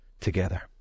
together